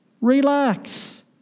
Relax